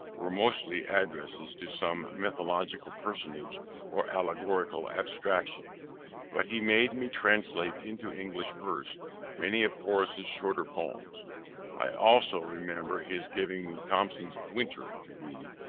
were mostly addresses to some mythological personage or allegorical abstraction but he made me translate into english verse many of horace's shorter poems i also remember his giving me thomson's winter to read,